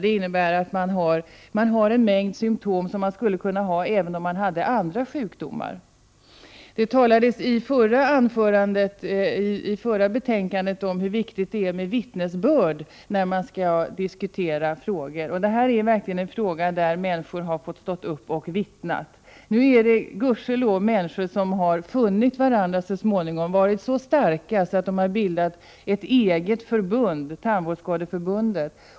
Det innebär att man har en mängd symtom som man skulle kunna ha även om man hade andra sjukdomar. När det förra betänkandet behandlades talade man om hur viktigt det är med vittnesbörd när man skall ta ställning i olika frågor, och detta är verkligen en fråga där människor har fått stå upp och vittna. Nu har dessa människor så småningom funnit varandra och varit så starka att de har bildat ett eget förbund, Tandvårdsskadeförbundet.